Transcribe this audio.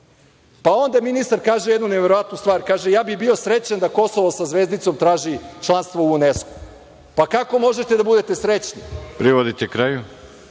onda ministar kaže jednu neverovatnu stvar, kaže – ja bih bio srećan da Kosovo sa zvezdicom traži članstvo u UNESKO-u. Kako možete da budete srećni? **Veroljub